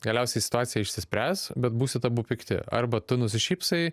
galiausiai situacija išsispręs bet būsit abu pykti arba tu nusišypsai